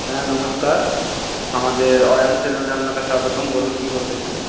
হ্যাঁ নমস্কার আমাদের অয়ন সেলুনে আপনাকে স্বাগতম বলুন কী বলতে চান